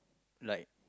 like